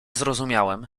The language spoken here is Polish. zrozumiałem